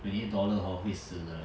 twenty eight dollar hor 会死的 leh